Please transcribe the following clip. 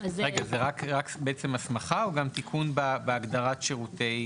זה רק בעצם הסמכה או גם תיקון בהגדרת שירותי תשלום?